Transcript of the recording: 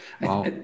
wow